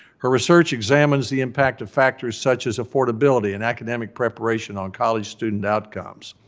her research examines the impact of factors such as affordability and academic preparation on college student outcomes.